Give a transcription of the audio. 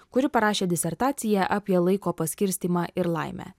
kuri parašė disertaciją apie laiko paskirstymą ir laimę